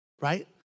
right